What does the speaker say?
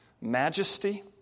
majesty